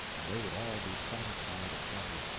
and they would all be satisfied and happy.